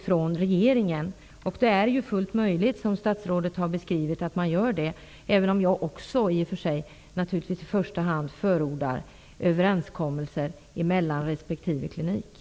Det är fullt möjligt att göra det, som statsrådet har beskrivit -- även om jag också naturligtvis i första hand förordar överenskommelser mellan respektive kliniker.